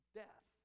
death